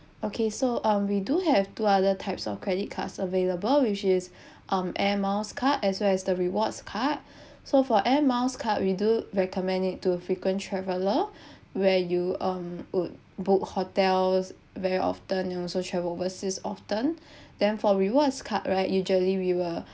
okay so um we do have two other types of credit cards available which is um Air Miles card as well as the rewards card so for Air Miles card we do recommend it to frequent traveler where you um would book hotels very often and also travel overseas often then for rewards card right usually we will